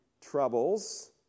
troubles